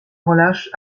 relâche